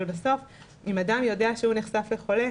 אבל בסוף אם אדם יודע שהוא נחשף לחולה,